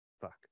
Fuck